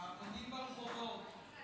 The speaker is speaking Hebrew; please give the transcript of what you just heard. ההמונים ברחובות.